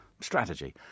strategy